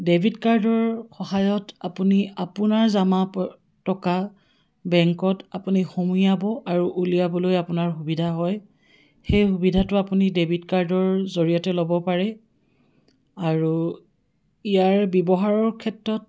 debit কাৰ্ডৰ সহায়ত আপুনি আপোনাৰ জমা টকা বেংকত আপুনি সোমোৱাব আৰু উলিয়াবলৈ আপোনাৰ সুবিধা হয় সেই সুবিধাটো আপুনি ডেবিট কাৰ্ডৰ জৰিয়তে ল'ব পাৰে আৰু ইয়াৰ ব্যৱহাৰৰ ক্ষেত্ৰত